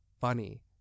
funny